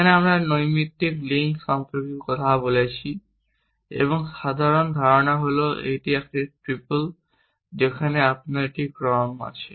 এখানে আমরা নৈমিত্তিক লিঙ্ক সম্পর্কে কথা বলছি এবং সাধারণ ধারণা হল যে এটি একটি ট্রিপল যেখানে আপনার একটি কর্ম আছে